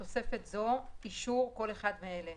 בתוספת זו "אישור" כל אחד מאלה: